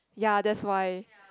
ya that's why